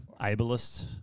Ableist